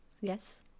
Yes